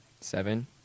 Seven